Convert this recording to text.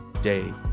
day